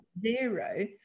Zero